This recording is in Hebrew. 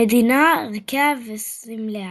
המדינה, ערכיה וסמליה